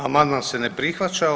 Amandman se ne prihvaća.